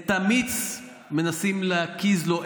את המיץ מנסים להקיז לו.